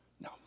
No